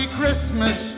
Christmas